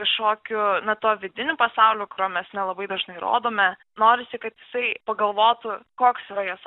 kažkokiu na tuo vidiniu pasauliu kurio mes nelabai dažnai rodome norisi kad jisai pagalvotų koks svajas